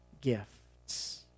gifts